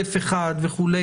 א/1 וכו',